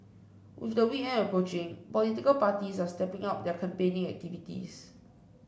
with the weekend approaching political parties are stepping up their campaigning activities